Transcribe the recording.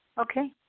Okay